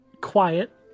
quiet